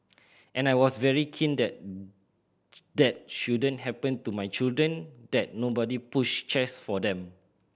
and I was very keen that that shouldn't happen to my children that nobody pushed chairs for them